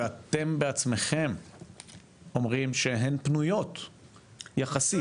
ואתם בעצמכם אומרים שהן פנויות יחסית.